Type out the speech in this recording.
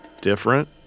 different